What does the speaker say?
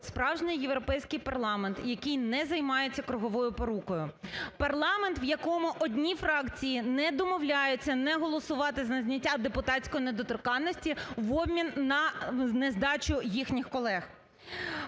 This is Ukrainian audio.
справжній європейський парламент, який не займається круговою порукою, парламент, в якому одні фракції не домовляються не голосувати за зняття депутатської недоторканності в обмін на не здачу їхніх колег,